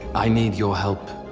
i need your help.